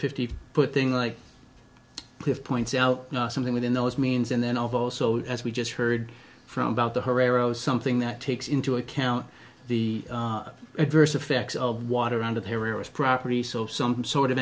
fifty foot thing like cliff points out something within those means and then i've also as we just heard from about the herero something that takes into account the adverse effects of water under the area of property so some sort of